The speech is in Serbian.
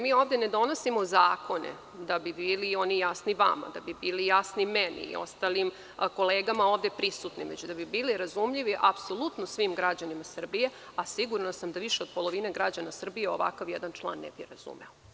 Mi ovde ne donosimo zakone da bi bili jasni vama, da bi bili jasni meni i ostalim kolegama ovde prisutnim, već da bi bili razumljivi apsolutno svim građanima Srbije, a sigurna sam da više od polovine građana Srbije ovakav jedan član ne bi razumeo.